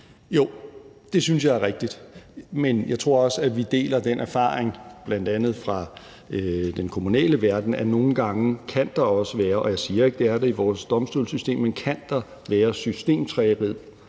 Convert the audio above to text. Jo, det synes jeg er rigtigt, men jeg tror også, at vi deler den erfaring, bl.a. fra den kommunale verden, at der nogle gange også kan være – og jeg siger ikke, at der er det i vores domstolssystem – systemtræghed,